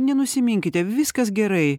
nenusiminkite viskas gerai